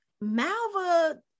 Malva